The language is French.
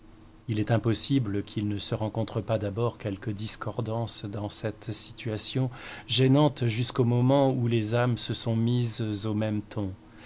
il est impossible qu'il ne se rencontre pas d'abord quelques discordances dans cette situation gênante jusqu'au moment où les âmes se sont mises au même ton